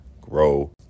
grow